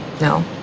no